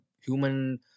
human